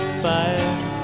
fire